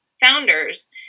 founders